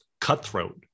cutthroat